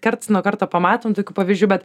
karts nuo karto pamatom tokių pavyzdžių bet